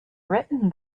written